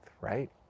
right